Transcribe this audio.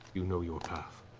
you know your path.